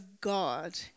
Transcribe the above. God